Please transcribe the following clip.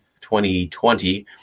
2020